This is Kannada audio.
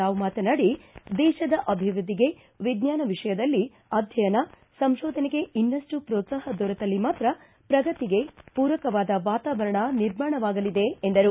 ರಾವ್ ಮಾತನಾಡಿ ದೇಶದ ಅಭಿವೃದ್ದಿಗೆ ವಿಜ್ಞಾನ ವಿಷಯದಲ್ಲಿ ಅಧ್ಯಯನ ಸಂಶೋಧನೆಗೆ ಇನ್ನಷ್ಟು ಪೋತ್ಸಾಹ ದೊರೆತಲ್ಲಿ ಮಾತ್ರ ಪ್ರಗತಿಗೆ ಪೂರಕವಾದ ವಾತಾವರಣ ನಿರ್ಮಾಣವಾಗಲಿದೆ ಎಂದರು